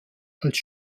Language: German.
als